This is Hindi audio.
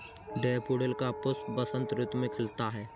डेफोडिल का पुष्प बसंत ऋतु में खिलता है